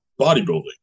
bodybuilding